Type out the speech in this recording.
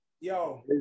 Yo